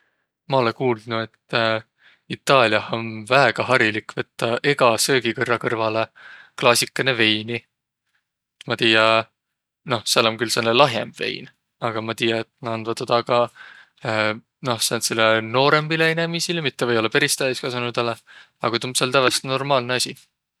Ma olõ kuuldnuq, et Itaaliah om väega harilik võttaq egä söögikõrra kõrvalõ klaasikõnõ veini. Ma tiiä, noh, sääl om külh sääne lahjõmb vein, aga ma tiiä, et nä andvaq toda ka noh, sääntsile noorõmbilõ inemiisile, mitte või-ollaq peris täüskasunuidõlõ, aga tuu om sääl tävveste normaalnõ asi.